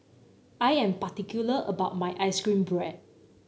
I am particular about my ice cream bread